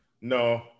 no